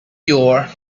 your